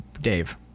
Dave